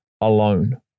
alone